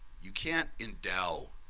you can't endow